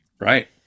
Right